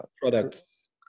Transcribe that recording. products